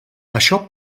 això